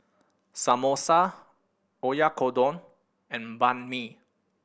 Samosa Oyakodon and Banh Mi